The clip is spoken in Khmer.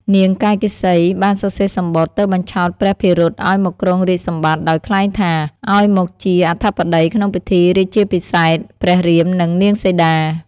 នាងកៃកេសីបានសរសេរសំបុត្រ ទៅបញ្ឆោតព្រះភិរុតឱ្យមកគ្រងរាជ្យសម្បត្តិ ដោយក្លែងថា ឱ្យមកជាអធិបតីក្នុងពិធីរាជាភិសេក ព្រះរាមនិងនាងសីតា។